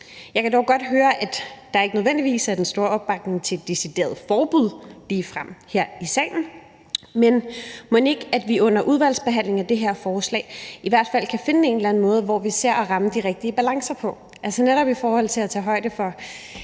Jeg kan dog godt høre, at der ikke nødvendigvis er den store opbakning her i salen til ligefrem at lave et decideret forbud, men mon ikke vi under udvalgsbehandlingen af det her forslag i hvert fald kan finde en eller anden måde at ramme den rigtige balance på, altså netop i forhold til at tage højde for,